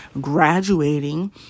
graduating